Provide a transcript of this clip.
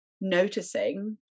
noticing